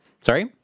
Sorry